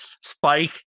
Spike